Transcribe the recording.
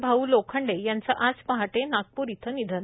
भाऊ लोखंडे यांचं आज पहाटे नागपूर इथं निधन